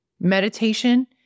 Meditation